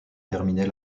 terminer